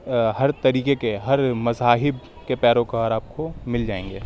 ہر طریقے کے ہر مذاہب کے پیروں کار آپ کو مل جائیں گے